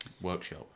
workshop